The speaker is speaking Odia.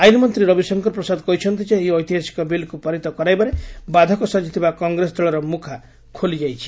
ଆଇନମନ୍ତ୍ରୀ ରବିଶଙ୍କର ପ୍ରସାଦ କହିଛନ୍ତି ଯେ ଏହି ଐତିହାସିକ ବିଲ୍କୁ ପାରିତ କରାଇବାରେ ବାଧକ ସାଜିଥିବା କଂଗ୍ରେସ ଦକଲର ମୁଖା ଖୋଲିଯାଇଛି